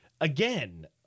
again